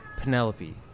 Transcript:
Penelope